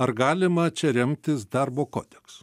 ar galima čia remtis darbo kodeksu